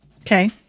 okay